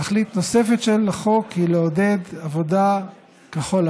תכלית נוספת של החוק היא לעודד עבודה כחול-לבן,